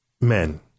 men